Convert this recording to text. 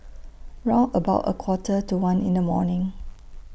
round about A Quarter to one in The morning